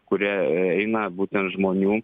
kurie eina būtent žmonių